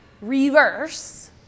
reverse